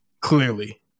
Clearly